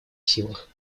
силах